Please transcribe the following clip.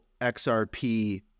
XRP